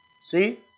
see